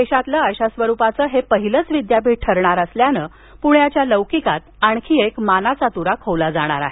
देशातलं अशा स्वरुपाचं हे पहीलचं विद्यापीठ ठरणार असल्यानं प्ण्याच्या लौकिकात आणखी एक मानाचा तुरा खोवला जाणार आहे